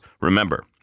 Remember